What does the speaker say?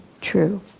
true